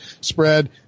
Spread